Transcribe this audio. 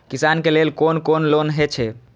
किसान के लेल कोन कोन लोन हे छे?